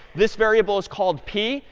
this variable is called p.